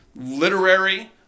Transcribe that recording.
literary